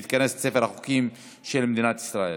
והיא תיכנס לספר החוקים של מדינת ישראל.